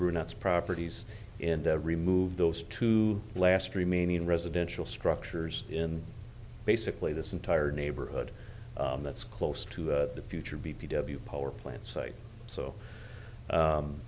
brunettes properties and remove those two last remaining residential structures in basically this entire neighborhood and that's close to the future b t w power plant site so